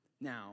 Now